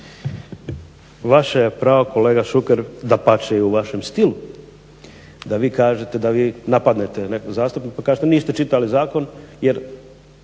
Vaše je pravo kolega Šuker, dapače i u vašem stilu, da vi kažete da vi napadnete nekog zastupnika pa kažete niste čitali zakon jer